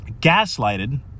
gaslighted